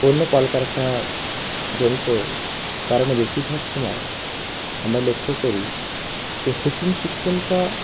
অন্য কলকারখানা জনিত কারণে বেশিরভাগ সময়ে আমরা লক্ষ্য করি যে হুকিং সিস্টেমটা